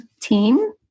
team